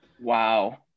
Wow